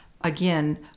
again